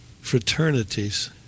fraternities